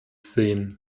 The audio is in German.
sehen